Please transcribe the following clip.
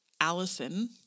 Allison